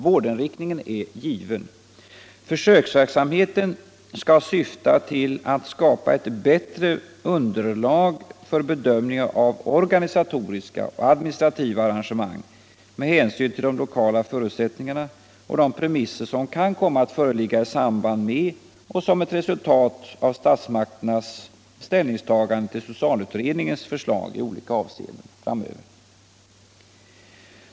Vårdinriktningen är given. Försöksverksamheten skall syfta till alt skapa eu bättre underlag för bedömningen av organisatoriska och administrativa arrangemang med hänsyn till de lokala förutsättningarna och de premisser som kan komma att föreligga i samband med och som ett resultat av statsmakternas ställningstagande till socialutredningens förslag i olika avseenden.